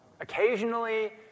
occasionally